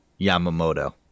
Yamamoto